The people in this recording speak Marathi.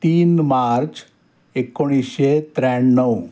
तीन मार्च एकोणीसशे त्र्याण्णव